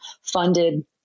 funded